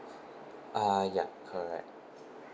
uh ya correct